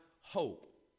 hope